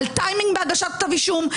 על תזמון בהגשת כתב אישום,